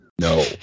No